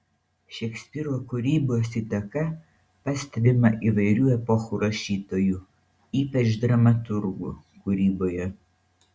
šekspyro kūrybos įtaka pastebima įvairių epochų rašytojų ypač dramaturgų kūryboje